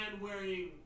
wearing